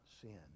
sin